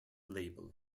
label